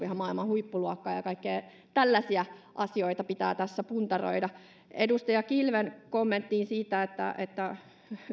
ihan maailman huippuluokkaa kaikkia tällaisia asioita pitää tässä puntaroida edustaja kilven kommenttiin siitä